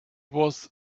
was